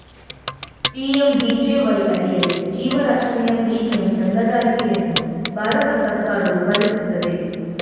PMJDY ಅಡಿಯಲ್ಲಿ ಜೀವ ರಕ್ಷಣೆಯ ಪ್ರೀಮಿಯಂ ಚಂದಾದಾರಿಕೆಯನ್ನು ಭಾರತ ಸರ್ಕಾರವು ಭರಿಸುತ್ತದೆ